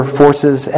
forces